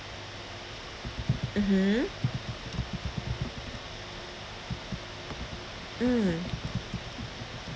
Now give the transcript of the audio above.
mmhmm mm